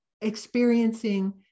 experiencing